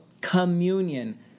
communion